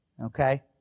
okay